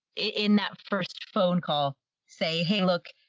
in that first phone call say, hey, look,